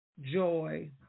joy